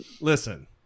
Listen